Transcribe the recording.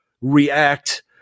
react